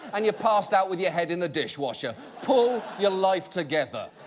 and you passed out with your head in the dishwasher. pull your life together.